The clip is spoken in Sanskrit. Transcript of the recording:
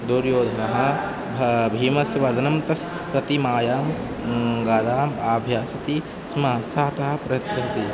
दूर्योधनः वा भीमस्य वधं तस्य प्रतिमायां गाधाम् आभ्यासति स्म सः तः प्रकृतिः